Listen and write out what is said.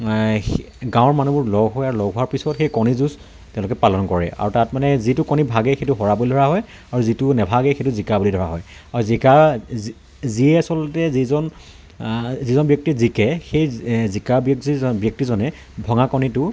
গাঁৱৰ মানুহবোৰ লগ হোৱাৰ পিছত হেই কণী যুঁজ তেওঁলোকে পালন কৰে আৰু তাত মানে যিটো কণী ভাগে সেইটো হৰা বুলি ধৰা হয় আৰু যিটো নেভাগে সেইটো জিকা বুলি ধৰা হয় আৰু জিকাৰ যিয়ে আচলতে যিজন যিজন ব্যক্তি জিকে সেই জিকা ব্যক্তি ব্যক্তিজনে ভঙা কণীটো